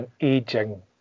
aging